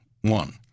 One